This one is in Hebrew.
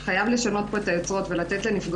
אני שואלת פה גם עוד שאלה, בלי שום קשר להסדר